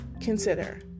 consider